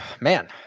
man